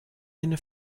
eine